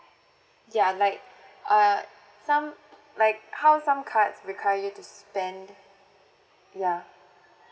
ya like err some like how some cards require you to spend ya